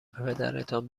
پدرتان